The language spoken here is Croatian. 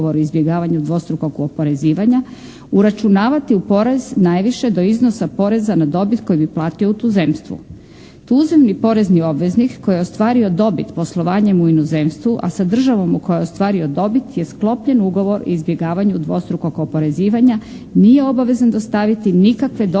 Ugovor o izbjegavanju dvostrukog oporezivanja,